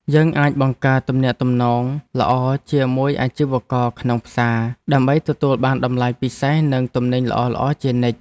យើងអាចបង្កើតទំនាក់ទំនងល្អជាមួយអាជីវករក្នុងផ្សារ ដើម្បីទទួលបានតម្លៃពិសេសនិងទំនិញល្អៗជានិច្ច។